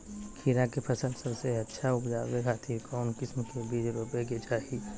खीरा के फसल सबसे अच्छा उबजावे खातिर कौन किस्म के बीज रोपे के चाही?